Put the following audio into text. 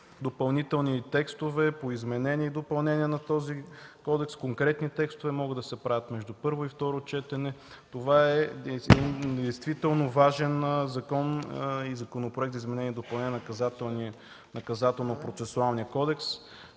допълнителни текстове, по изменения и допълнения на този кодекс, конкретни текстове могат да се правят между първо и второ четене. Това е действително важен закон и Законопроект за изменение и допълнение на Наказателно-процесуалния кодекс,